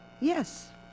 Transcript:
Yes